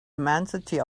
immensity